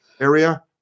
area